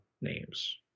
names